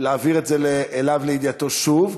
להעביר את זה אליו לידיעתו שוב,